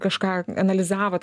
kažką analizavot